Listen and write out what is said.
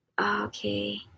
Okay